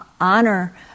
honor